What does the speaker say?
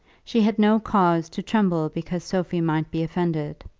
she had no cause to tremble because sophie might be offended.